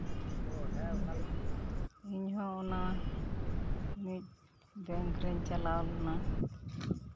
ᱤᱧᱦᱚᱸ ᱚᱱᱟ ᱢᱤᱫ ᱵᱮᱝᱠ ᱨᱤᱧ ᱪᱟᱞᱟᱣ ᱞᱮᱱᱟ